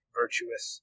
virtuous